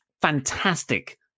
fantastic